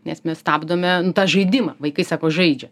nes mes stabdome tą žaidimą vaikai sako žaidžia